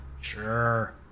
Sure